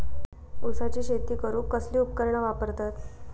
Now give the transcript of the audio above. ऊसाची शेती करूक कसली उपकरणा वापरतत?